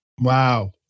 Wow